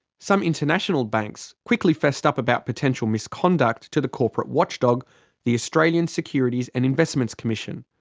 some international banks quickly fessed up about potential misconduct to the corporate watchdog, the australian securities and investments commission,